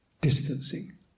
distancing